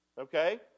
Okay